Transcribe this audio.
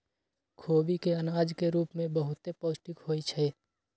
खोबि के अनाज के रूप में बहुते पौष्टिक होइ छइ